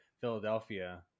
Philadelphia